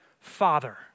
Father